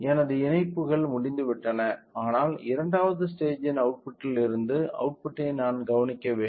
எனது இணைப்புகள் முடிந்துவிட்டன ஆனால் இரண்டாவது ஸ்டேஜ்ன் அவுட்புட்டில் இருந்து அவுட்புட்டை நான் கவனிக்க வேண்டும்